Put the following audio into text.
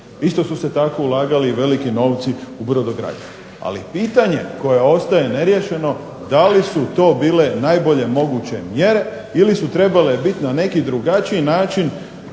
Isto su se tako ulagali veliki novci u brodogradnju, ali pitanje koje ostaje neriješeno da li su to bile najbolje moguće mjere ili su trebale biti na neki drugačiji način